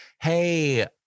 hey